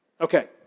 Okay